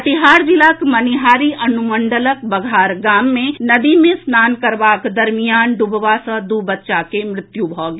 कटिहार जिलाक मनिहारी अनुमंडलक बघार गाम मे नदी मे स्नान करबाक दरमियान डूबबा सॅ दू बच्चा के मृत्यु भऽ गेल